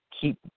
Keep